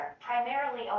primarily